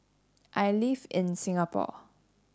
I live in Singapore